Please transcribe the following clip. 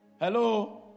Hello